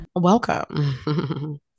welcome